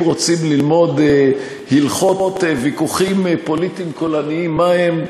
אם רוצים ללמוד הלכות ויכוחים פוליטיים קולניים מהם,